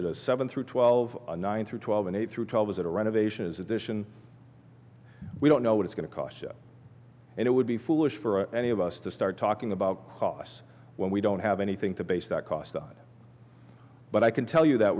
it a seven through twelve nine through twelve and eight through twelve is it a renovation is addition we don't know what it's going to cost and it would be foolish for any of us to start talking about costs when we don't have anything to base that cost on but i can tell you that